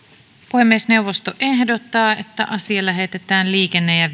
puhemiesneuvosto ehdottaa että asia lähetetään liikenne ja